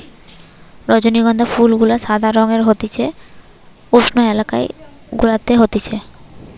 রজনীগন্ধা ফুল গুলা সাদা রঙের হতিছে উষ্ণ এলাকা গুলাতে হতিছে